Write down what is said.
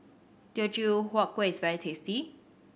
Teochew Huat Kuih is very tasty